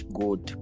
good